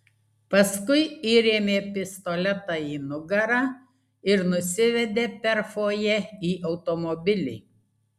paskui įrėmė pistoletą į nugarą ir nusivedė per fojė į automobilį